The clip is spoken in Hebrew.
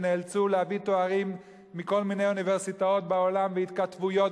שנאלצו להביא תארים מכל מיני אוניברסיטאות בעולם והתכתבויות,